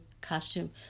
costume